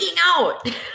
out